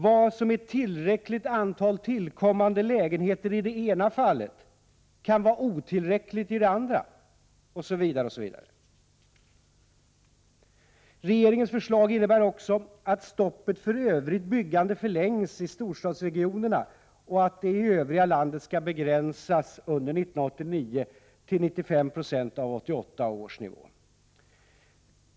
Vad som är ett tillräckligt antal tillkommande lägenheter i det ena fallet kan vara otillräckligt i det andra osv. Regeringens förslag innebär också att stoppet för övrigt byggande förlängs i storstadsregionerna och att det i övriga landet under 1989 begränsas till 95 90 av 1988 års nivå.